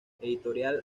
editorial